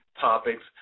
topics